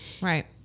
Right